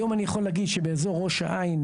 היום אני יכול להגיד שבאזור ראש העין,